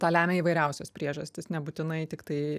tą lemia įvairiausios priežastys nebūtinai tik tai